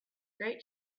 great